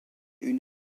une